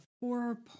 Four